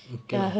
okay lah